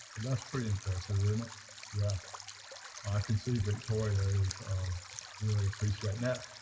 but that's pretty impressive isn't it yeah i can see victoria is really appreciating that,